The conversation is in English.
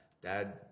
dad